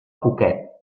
poquet